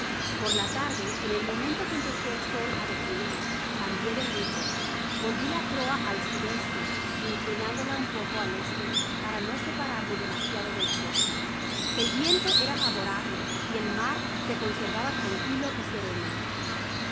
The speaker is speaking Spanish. por la tarde en el momento que empezó el sol á de r clinar cambié de rumbo volvi la proa al sud esle inclinándola un poco al este para no separarme demasiado de la costa el viento era favorable y el mar se conser ir